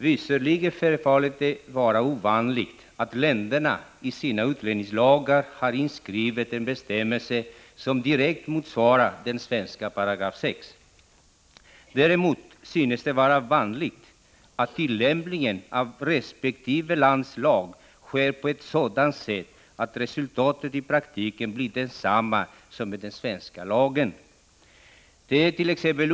Visserligen förefaller det vara ovanligt att länderna i sina utlänningslagar har en bestämmelse inskriven som direkt motsvarar den svenska 6 §. Däremot synes det vara vanligt att tillämpningen av resp. lands lag sker på ett sådant sätt att resultatet i praktiken blir detsamma som med den svenska lagen. Det ärt.ex.